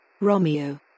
Romeo